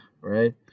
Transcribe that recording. right